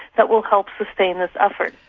that will help sustain this effort.